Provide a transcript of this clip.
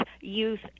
youth